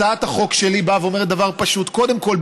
הצעת החוק שלי באה ואומרת דבר פשוט: קודם כול,